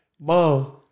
mom